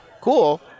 Cool